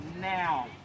now